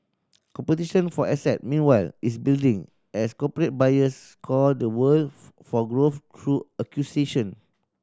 competition for asset meanwhile is building as corporate buyers scour the world for growth through acquisition